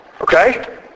Okay